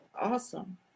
awesome